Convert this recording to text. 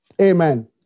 Amen